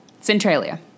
Centralia